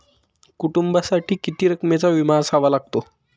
कुटुंबासाठी किती रकमेचा विमा असावा लागतो?